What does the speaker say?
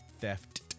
Theft